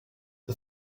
the